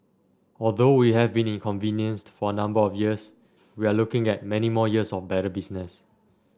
although we have been inconvenienced for a number of years we are looking at many more years of better business